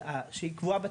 שהיא קבועה בתקנות,